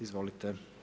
Izvolite.